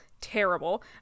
terrible